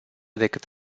decât